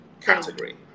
category